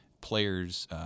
players